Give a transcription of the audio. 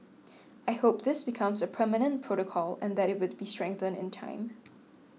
I hope this becomes a permanent protocol and that it would be strengthened in time